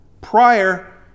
prior